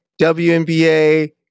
WNBA